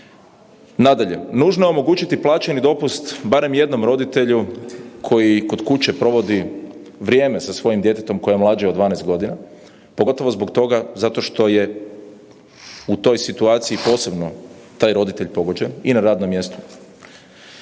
Nadalje, nužno je omogućiti plaćeni dopust barem jednom roditelju koji kod kuće provodi vrijeme sa svojim djetetom koje je mlađe od 12 godina, pogotovo zbog toga zato što je u toj situaciji posebno taj roditelj pogođen i na radnom mjestu.